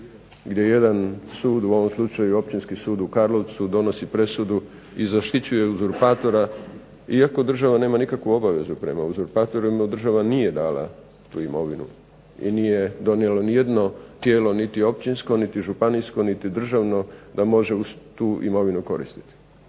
gdje jedan sud u ovom slučaju Općinski sud u Karlovcu i donosi presudu i zaštićuje uzurpatora iako država nema nikakvu prema uzurpatorima, država nije dala tu imovinu i nije donijela ni jedno tijelo niti općinsko, niti županijsko, niti državno da može tu imovinu koristiti.